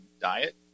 diet